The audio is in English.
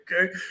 Okay